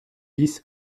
dix